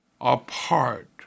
apart